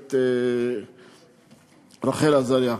הכנסת רחל עזריה,